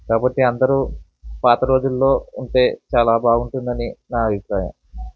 కాబట్టి అందరూ పాత రోజుల్లో ఉంటే చాలా బాగుంటుందని నా అభిప్రాయం